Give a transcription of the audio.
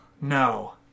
No